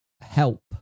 help